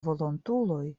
volontuloj